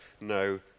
no